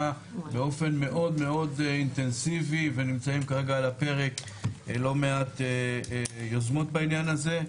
באופן מאוד אינטנסיבי ונמצאים כרגע על הפרק לא מעט יוזמות בענין הזה.